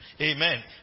Amen